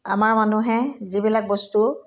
আমাৰ মানুহে যিবিলাক বস্তু